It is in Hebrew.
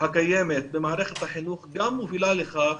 שהקיימת במערכת החינוך גם מובילה לכך